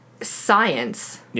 science